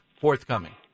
forthcoming